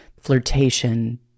flirtation